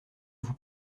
vous